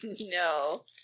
No